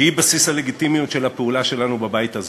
שהיא בסיס הלגיטימיות של הפעולה שלנו בבית הזה.